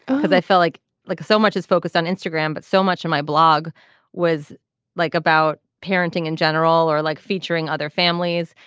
ah i feel like like so much is focused on instagram but so much of my blog was like about parenting in general or like featuring other families.